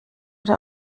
der